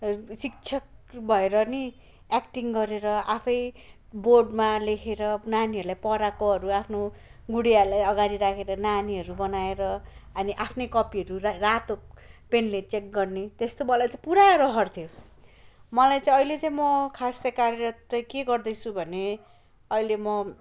शिक्षक भएर नि एक्टिङ गरेर आफै बोर्डमा लेखेर नानीहरूलाई पढाएकोहरू आफ्नु गुडियालाई अगाडि राखेर नानीहरू बनाएर अनि आफ्नै कपीहरू रातो पेनले चेक गर्ने त्यस्तो मोलाई चाहिँ पुरा रहर थियो मलाई चाहिँ अहिले चाहिँ म खास चाहिँ कार्य चाहिँ के गर्दैछु भने अहिले म